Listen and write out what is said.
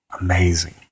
amazing